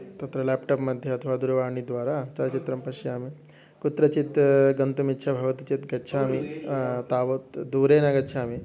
तत्र लेप्टोप्मध्ये अथवा दूरवाणीद्वारा चलचित्रं पश्यामि कुत्रचित् गन्तुम् इच्छा भवति चेत् गच्छामि तावत् दूरे न गच्छामि